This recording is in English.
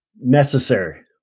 Necessary